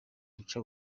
guca